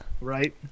right